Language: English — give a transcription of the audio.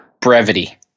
brevity